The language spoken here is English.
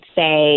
say